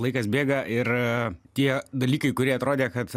laikas bėga ir tie dalykai kurie atrodė kad